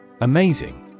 Amazing